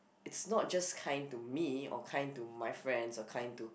it's not just kind to me or kind to my friends or kind to